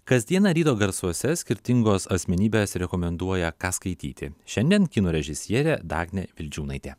kasdieną ryto garsuose skirtingos asmenybės rekomenduoja ką skaityti šiandien kino režisierė dagnė vildžiūnaitė